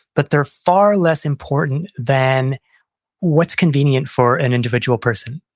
but they're far less important than what's convenient for an individual person.